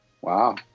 Wow